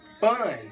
fun